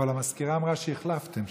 אבל המזכירה אמרה שהחלפתם,